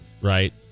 right